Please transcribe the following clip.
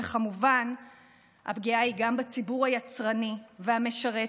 וכמובן הפגיעה היא גם בציבור היצרני והמשרת,